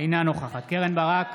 אינה נוכחת קרן ברק,